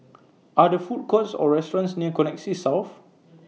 Are There Food Courts Or restaurants near Connexis South